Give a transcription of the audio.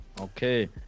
Okay